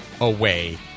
away